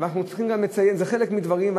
חלק מדברים.